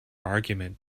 argument